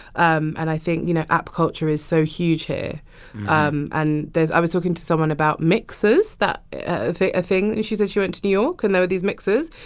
um and i think, you know, app culture is so huge here um and there's i was talking to someone about mixers that a thing. she said she went to new york. and there were these mixers.